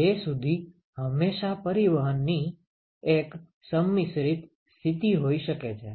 2 સુધી હંમેશાં પરિવહનની એક સંમિશ્રિત સ્થિતિ હોઈ શકે છે